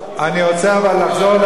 אבל אני רוצה לחזור לנקודה.